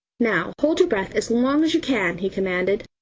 now hold your breath as long as you can, he commanded,